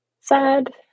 sad